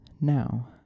now